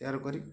ତିଆରି କରି